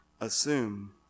assume